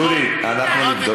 דודי, אנחנו נבדוק.